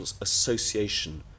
association